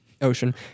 Ocean